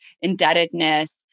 indebtedness